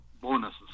bonuses